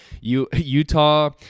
Utah